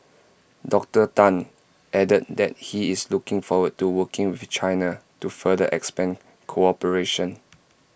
Doctor Tan added that he is looking forward to working with China to further expand cooperation